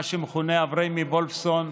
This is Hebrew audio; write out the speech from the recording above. מי שמכונה אבריימי וולפסון,